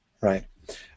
right